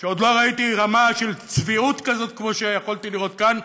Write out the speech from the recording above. עוד לא ראיתי רמה כזאת של צביעות כמו שיכולתי לראות כאן,